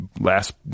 last